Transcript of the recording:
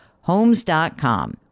Homes.com